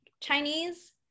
Chinese